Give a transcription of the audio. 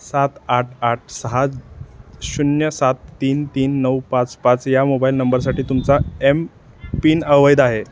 सात आठ आठ सहा शून्य सात तीन तीन नऊ पाच पाच या मोबाईल नंबरसाठी तुमचा एम पिन अवैध आहे